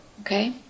Okay